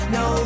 no